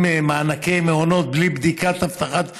מענקי מעונות בלי בדיקת הבטחת הכנסה,